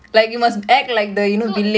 so like actually count